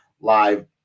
live